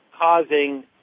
causing